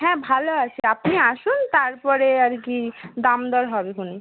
হ্যাঁ ভালো আছে আপনি আসুন তারপরে আর কী দাম দর হবে খন